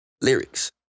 Lyrics